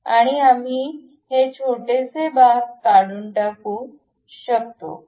आणि आम्ही हे छोटेसे भाग काढून टाकू शकतो